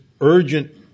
urgent